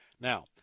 Now